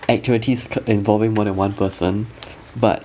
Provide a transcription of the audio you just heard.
activities ke~ involving more than one person but